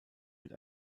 mit